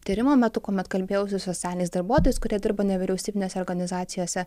tyrimo metu kuomet kalbėjau su socialiniais darbuotojais kurie dirba nevyriausybinėse organizacijose